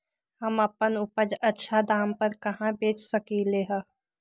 हम अपन उपज अच्छा दाम पर कहाँ बेच सकीले ह?